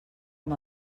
amb